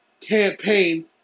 campaign